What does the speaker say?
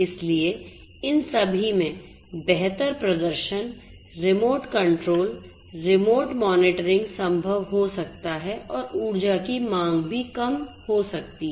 इसलिए इन सभी में बेहतर प्रदर्शन रिमोट कंट्रोल रिमोट मॉनिटरिंग संभव हो सकता है और ऊर्जा की मांग भी कम हो सकती है